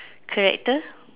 character